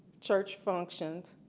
church functions